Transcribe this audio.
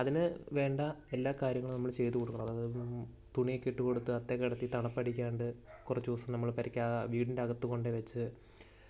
അതിനു വേണ്ട എല്ലാ കാര്യങ്ങളും നമ്മൾ ചെയ്തു കൊടുക്കും അതു നമ്മൾ തുണിയൊക്കെ ഇട്ടുകൊടുത്ത് അത്തിൽ കിടത്തി തണുപ്പടിക്കാണ്ട് കുറച്ചു ദിവസം നമ്മൾ പുര്ക്കാ വീട്ടിൻ്റെ അകത്ത് കൊണ്ടെ വെച്ച്